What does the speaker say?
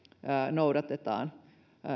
noudatetaan